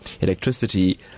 electricity